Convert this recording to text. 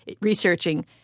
researching